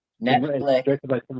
Netflix